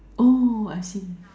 oh I see